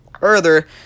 further